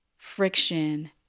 friction